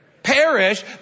perish